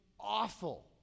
awful